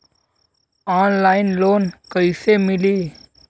Online loan कइसे मिली?